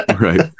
Right